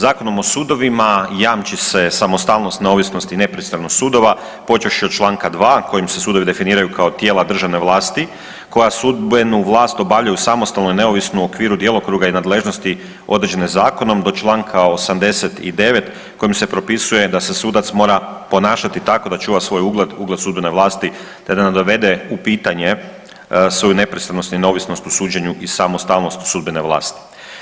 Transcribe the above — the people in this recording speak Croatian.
Zakonom o sudovima jamči se samostalnost, neovisnost i nepristranost sudova počevši od Članka 2. kojim se sudovi definiraju kao tijela državne vlasti koja sudbenu vlast obavljaju samostalno i neovisno u okviru djelokruga i nadležnosti određene zakonom do Članka 89. kojim se propisuje da se sudac mora ponašati tako da čuva svoj ugled, ugled sudbene vlasti te ne dovede u pitanje svoju nepristranost i neovisnost u suđenju i samostalnost sudbene vlasti.